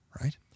right